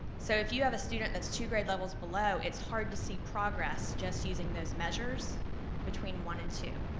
so if you have a student that's two grade levels below, it's hard to see progress just using those measures between one and two.